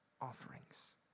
offerings